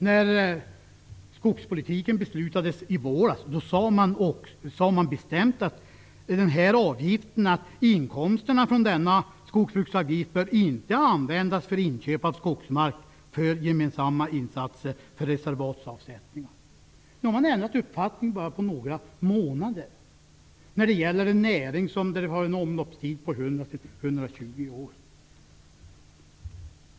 När vi beslutade om skogspolitiken i våras sade de bestämt att inkomsterna från skogsbruksavgiften inte bör användas för inköp av skogsmark till gemensamma insatser för reservatsavsättningar. Nu har de ändrat uppfattning på bara några månader. Det gäller en näring som har en omloppstid på 100--120 år.